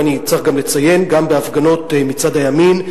ואני צריך גם לציין גם בהפגנות מצד הימין,